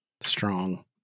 strong